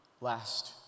last